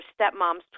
stepmom's